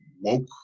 woke